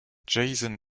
jason